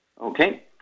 Okay